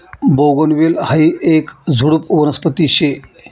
बोगनवेल हायी येक झुडुप वनस्पती शे